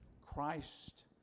Christ